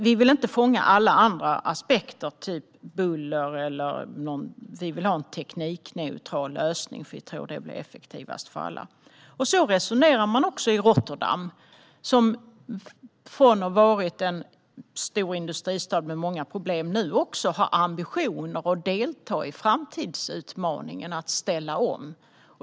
Vi vill inte fånga alla andra aspekter, typ buller eller annat, utan vi vill ha en teknikneutral lösning. Vi tror att det blir effektivast för alla. Så resonerar man också i Rotterdam, som har gått från att vara en stor industristad med många problem till att nu också ha ambitioner att delta i framtidsutmaningen och att ställa om.